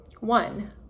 One